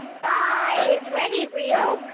bye. is reggie real?